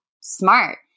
smart